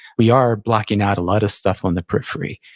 we are blocking out a lot of stuff on the periphery.